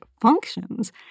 functions